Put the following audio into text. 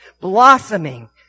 blossoming